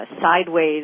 sideways